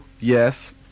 yes